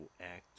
act